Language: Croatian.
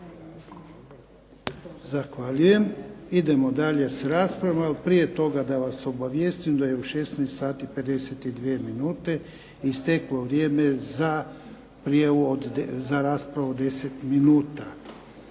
Zahvaljujem. Idemo dalje s raspravom, prije toga da vas obavijestim da je u 16 sati i 52 minuta isteklo vrijeme za prijavu za raspravu od 10 minuta.